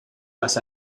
las